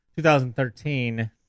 2013